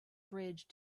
bridge